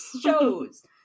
shows